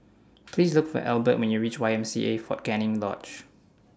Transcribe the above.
Please Look For Elbert when YOU REACH Y M C A Fort Canning Lodge